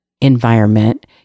environment